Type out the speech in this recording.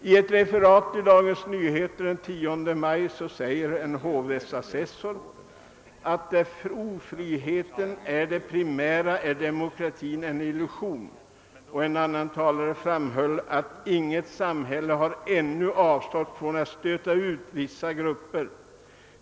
I ett referat i Dagens Nyheter den 10 maj yttrade en hovrättsassessor att där »ofriheten är det primära är demokratin en illusion». Och en annan person yttrade: >Inget samhälle har ännu avstått från att stöta ut vissa grupper.